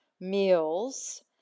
meals